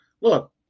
look